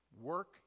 work